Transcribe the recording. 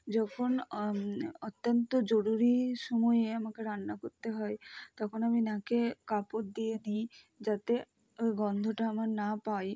যখন অত্যন্ত জরুরি সময়ে আমাকে রান্না করতে হয় তখন আমি নাকে কাপড় দিয়ে নিই যাতে ওই গন্ধটা আমার না পাই